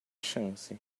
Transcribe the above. chance